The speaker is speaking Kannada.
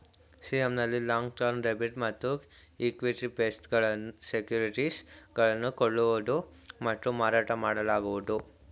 ಸಿ.ಎಂ ನಲ್ಲಿ ಲಾಂಗ್ ಟರ್ಮ್ ಡೆಬಿಟ್ ಮತ್ತು ಇಕ್ವಿಟಿ ಬೇಸ್ಡ್ ಸೆಕ್ಯೂರಿಟೀಸ್ ಗಳನ್ನು ಕೊಳ್ಳುವುದು ಮತ್ತು ಮಾರಾಟ ಮಾಡಲಾಗುವುದು